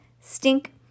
Stink